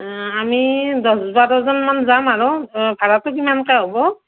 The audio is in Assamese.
আমি দহ বাৰজনমান যাম আৰু ভাড়াটো কিমানকৈ হ'ব